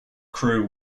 crow